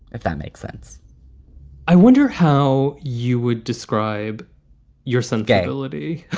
if that makes sense i wonder how you would describe your son. gay ality,